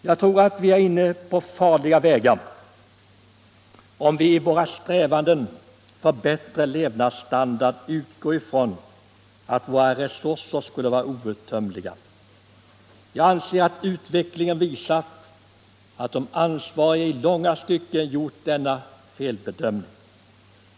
Jag tror att vi är inne på farliga vägar om vi i våra strävanden för bättre levnadsstandard utgår ifrån att våra resurser skulle vara outtömliga. Jag anser att utvecklingen visat att de ansvariga i långa stycken gjort denna felbedömning.